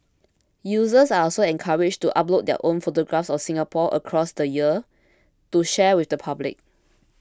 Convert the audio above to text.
users are also encouraged to upload their own photographs of Singapore across the years to share with the public